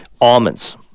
almonds